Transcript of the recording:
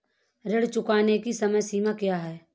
ऋण चुकाने की समय सीमा क्या है?